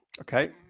Okay